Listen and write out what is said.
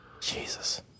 Jesus